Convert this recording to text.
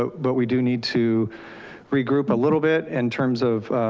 but we do need to regroup a little bit in terms of,